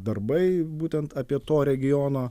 darbai būtent apie to regiono